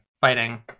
fighting